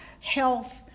health